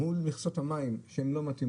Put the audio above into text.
ומול מכסות לא מתאימות,